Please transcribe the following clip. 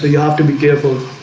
ah yeah have to be careful